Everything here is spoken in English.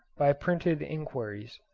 by printed enquiries,